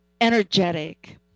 energetic